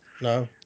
No